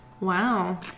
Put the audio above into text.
Wow